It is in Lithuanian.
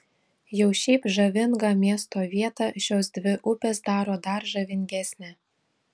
jau šiaip žavingą miesto vietą šios dvi upės daro dar žavingesnę